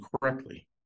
correctly